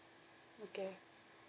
okay